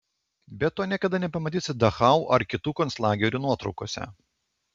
bet to niekada nepamatysi dachau ar kitų konclagerių nuotraukose